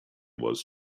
was